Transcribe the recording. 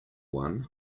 one